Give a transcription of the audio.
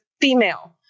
female